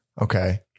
Okay